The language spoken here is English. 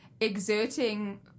Exerting